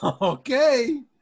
Okay